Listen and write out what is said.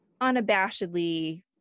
unabashedly